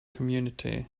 community